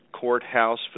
courthouse